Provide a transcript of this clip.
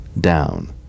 down